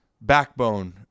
backbone